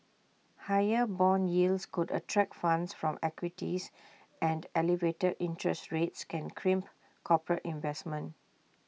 higher Bond yields could attract funds from equities and elevated interest rates can crimp corporate investment